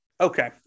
Okay